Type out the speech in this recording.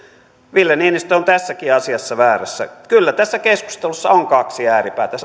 ville niinistö on tässäkin asiassa väärässä kyllä tässä keskustelussa on kaksi ääripäätä